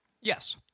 Yes